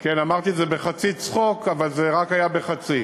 אמרתי את זה בחצי צחוק, אבל זה רק היה בחצי.